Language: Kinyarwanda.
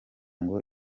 ngo